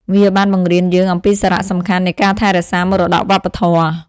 វាបានបង្រៀនយើងអំពីសារៈសំខាន់នៃការថែរក្សាមរតកវប្បធម៌។